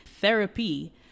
Therapy